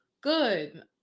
good